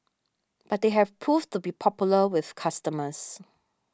but they have proved to be popular with customers